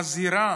מזהירה